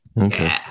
Okay